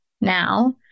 now